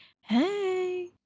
hey